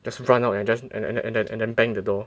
just run out and just and then and then bang the door